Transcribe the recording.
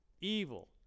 evil